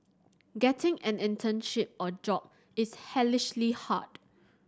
getting an internship or job is hellishly hard